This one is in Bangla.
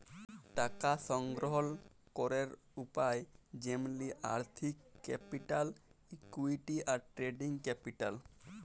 টাকা সংগ্রহল ক্যরের উপায় যেমলি আর্থিক ক্যাপিটাল, ইকুইটি, আর ট্রেডিং ক্যাপিটাল